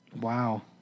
Wow